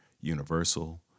universal